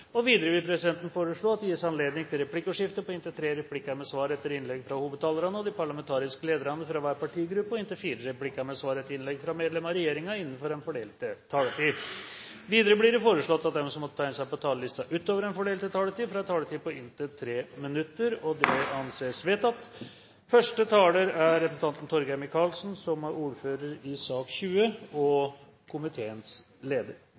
minutter. Videre vil presidenten foreslå at det gis anledning til replikkordskifte på inntil tre replikker med svar etter innlegg fra hovedtalerne og de parlamentariske lederne fra hver partigruppe og inntil fire replikker med svar etter innlegg fra medlem av regjeringen innenfor den fordelte taletid. Videre blir det foreslått at de som måtte tegne seg på talerlisten utover den fordelte taletid, får en taletid på inntil 3 minutter. – Det anses vedtatt. Revidert nasjonalbudsjett viser at mye går bra i